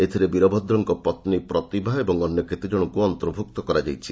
ଏଥିରେ ବୀରଭଦ୍ରଙ୍କ ପତ୍ନୀ ପ୍ରତିଭା ଏବଂ ଅନ୍ୟ କେତେଜଣଙ୍କୁ ଅନ୍ତର୍ଭୁକ୍ତ କରାଯାଇଛି